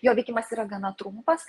jo veikimas yra gana trumpas